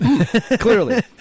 Clearly